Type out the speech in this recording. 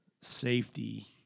safety